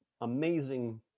amazing